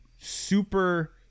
super